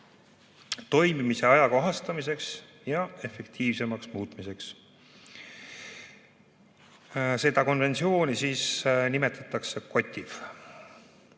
toimimise ajakohastamiseks ja efektiivsemaks muutmiseks. Seda konventsiooni nimetatakse